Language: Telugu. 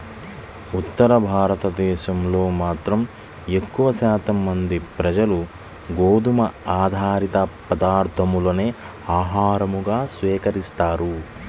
ఉత్తర భారతదేశంలో మాత్రం ఎక్కువ శాతం మంది ప్రజలు గోధుమ ఆధారిత పదార్ధాలనే ఆహారంగా స్వీకరిస్తారు